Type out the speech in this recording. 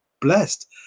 blessed